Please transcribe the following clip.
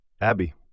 Abby